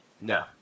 No